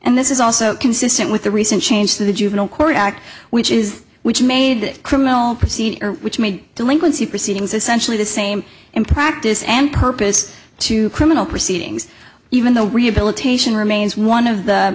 and this is also consistent with the recent change to the juvenile court act which is which made it criminal proceeding which made delinquency proceedings essentially the same in practice and purpose to criminal proceedings even though rehabilitation remains one of the